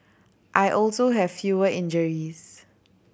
I also have fewer injuries